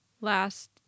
last